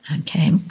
Okay